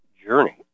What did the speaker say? journey